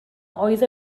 oedd